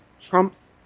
trumps